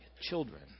children